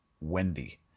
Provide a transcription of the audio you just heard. Wendy